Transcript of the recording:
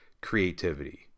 creativity